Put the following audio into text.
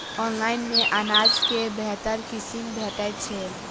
Online मे अनाज केँ बेहतर किसिम भेटय छै?